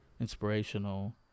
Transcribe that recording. inspirational